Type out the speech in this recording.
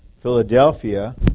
Philadelphia